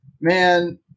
man